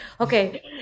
okay